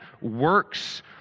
works